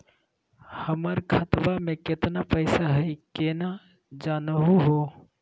हमर खतवा मे केतना पैसवा हई, केना जानहु हो?